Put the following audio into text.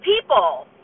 people